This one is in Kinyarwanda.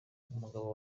umugabo